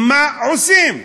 מה עושים?